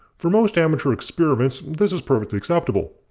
for most amateur experiments this is perfectly acceptable,